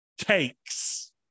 takes